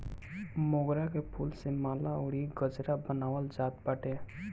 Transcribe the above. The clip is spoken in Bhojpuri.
मोगरा के फूल से माला अउरी गजरा बनावल जात बाटे